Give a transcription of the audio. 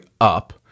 up